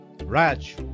Raj